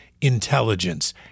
intelligence